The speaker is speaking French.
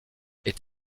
est